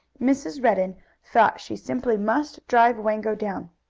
mrs. redden thought she simply must drive wango down.